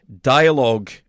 dialogue